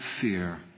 fear